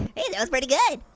hey, that was pretty good.